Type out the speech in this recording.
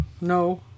No